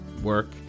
work